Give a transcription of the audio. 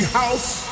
house